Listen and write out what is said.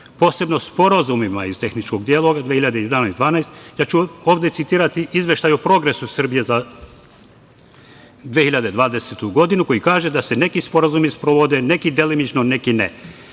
posebno sporazumima iz tehničkog dela, iz 2011, 2012. ja ću ovde citirati izveštaj o progresu Srbije za 2020. godinu koji kaže da se neki sporazumi sprovode neki delimično, neki ne.